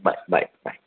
bye bye bye